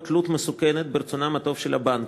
תלות מסוכנת ברצונם הטוב של הבנקים.